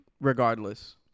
regardless